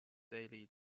daily